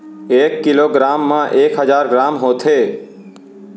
एक kilogram मा एक हजार ग्राम होथे